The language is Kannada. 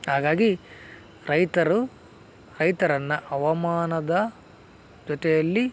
ಆಗಾಗಿ ರೈತರು ರೈತರನ್ನು ಹವಮಾನದ ಜೊತೆಯಲ್ಲಿ